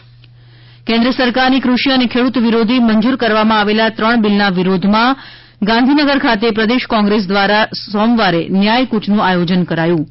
કૃષિ બિલ વિરોધ કેન્દ્ર સરકારની કૃષિ અને ખેડૂત વિરોધી મંજૂર કરવામાં આવેલા ત્રણ બિલના વિરોધમાં ગાંધીનગર ખાતે પ્રદેશ કોંગ્રેસ દ્વારા સોમવારે ન્યાય ક્રચનું આયોજન કરાયું હતું